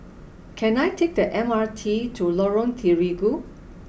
can I take the M R T to Lorong Terigu